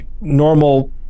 normal